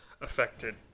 affected